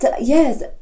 Yes